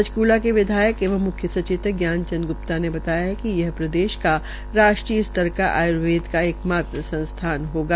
पंचकूला के विधायक व म्ख्य सचेतक ज्ञान चंद ग्प्ता ने बताया कि यह प्रदेश का राष्ट्रीय स्तर का आय्र्वेद का एक मात्र संस्थान होगा